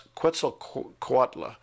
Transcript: Quetzalcoatl